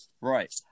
Right